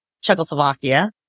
Czechoslovakia